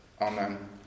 Amen